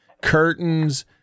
curtains